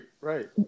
right